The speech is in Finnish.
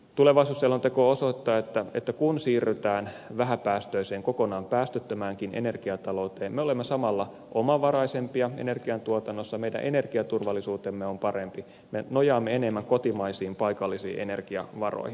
tulevaisuusselonteko osoittaa että kun siirrytään vähäpäästöiseen kokonaan päästöttömäänkin energiatalouteen me olemme samalla omavaraisempia energiantuotannossa meidän energiaturvallisuutemme on parempi me nojaamme enemmän kotimaisiin paikallisiin energiavaroihin